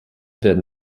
werden